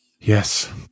yes